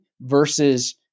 Versus